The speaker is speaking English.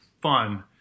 fun